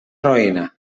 roïna